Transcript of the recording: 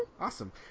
Awesome